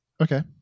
Okay